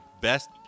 best